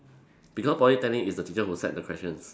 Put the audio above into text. because Polytechnic is the teacher who set the questions